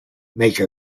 make